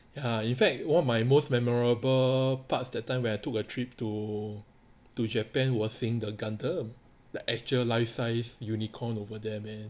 ya in fact one of my most memorable parts that time where I took a trip to to japan was seeing the gundam the actual life sized unicorn over there man